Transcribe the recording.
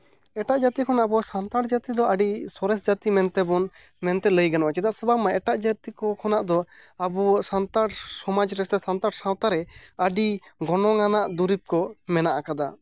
ᱮᱴᱟᱜ ᱡᱟᱹᱛᱤ ᱠᱷᱚᱱ ᱟᱵᱚ ᱥᱟᱱᱛᱟᱲ ᱡᱟᱹᱛᱤ ᱫᱚ ᱟᱹᱰᱤ ᱥᱚᱨᱮᱥ ᱡᱟᱹᱛᱤ ᱢᱮᱱᱛᱮ ᱵᱚᱱ ᱢᱮᱱᱛᱮ ᱞᱟᱹᱭ ᱜᱟᱱᱚᱜᱼᱟ ᱪᱮᱫᱟᱜ ᱥᱮ ᱵᱟᱝᱢᱟ ᱮᱴᱟᱜ ᱡᱟᱹᱛᱤ ᱠᱚ ᱠᱷᱚᱱᱟᱜ ᱫᱚ ᱟᱵᱚ ᱥᱟᱱᱛᱟᱲ ᱥᱚᱢᱟᱡᱽ ᱨᱮᱥᱮ ᱥᱟᱱᱛᱟᱲ ᱥᱟᱶᱛᱟ ᱨᱮ ᱟᱹᱰᱤ ᱜᱚᱱᱚᱝ ᱟᱱᱟᱜ ᱫᱩᱨᱤᱵ ᱠᱚ ᱢᱮᱱᱟᱜ ᱠᱟᱫᱟ